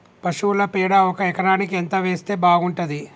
పశువుల పేడ ఒక ఎకరానికి ఎంత వేస్తే బాగుంటది?